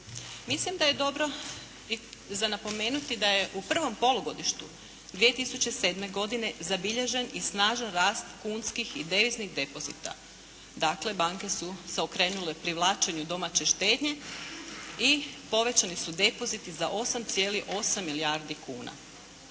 Mislim da je dobro za napomenuti da je u prvom polugodištu 2007. godine zabilježen i snažan rast kunskih i deviznih depozita, dakle banke su se okrenule privlačenju domaće štednje i povećani su depoziti za 8,8 milijardi kuna.